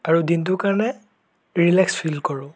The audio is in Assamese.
আৰু দিনটোৰ কাৰণে ৰীলেক্স ফীল কৰোঁ